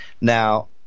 Now